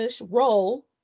roll